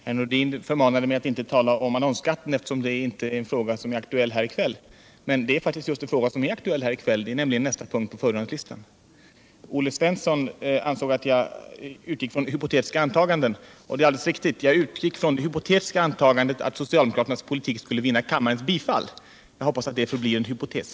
Herr talman! Sven-Erik Nordin förmanade mig att inte tala om annonsskatten eftersom den frågan inte är aktuell här i kväll. Jo, den är faktiskt aktuell. Det är nämligen nästa punkt på föredragningslistan. Olle Svensson ansåg att jag utgick från hypotetiska antaganden. Det är alldeles riktigt. Jag utgick från det hypotetiska antagandet att socialdemokraternas politik skulle vinna kammarens bifall. Jag hoppas det förblir en hypotes.